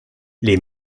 les